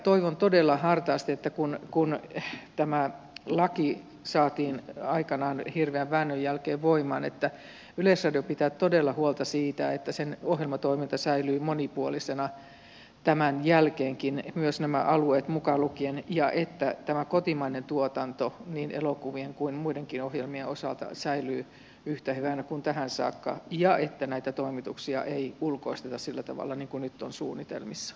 toivon todella hartaasti kun tämä laki saatiin aikanaan hirveän väännön jälkeen voimaan että yleisradio pitää todella huolta siitä että sen ohjelmatoiminta säilyy monipuolisena tämän jälkeenkin myös nämä alueet mukaan lukien ja että tämä kotimainen tuotanto niin elokuvien kuin muidenkin ohjelmien osalta säilyy yhtä hyvänä kuin tähän saakka ja että näitä toimituksia ei ulkoisteta sillä tavalla kuin nyt on suunnitelmissa